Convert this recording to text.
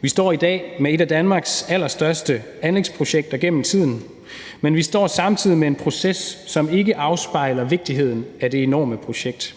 Vi står i dag med et af Danmarks allerstørste anlægsprojekter gennem tiden. Men vi står samtidig med en proces, som ikke afspejler vigtigheden af det enorme projekt.